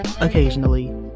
occasionally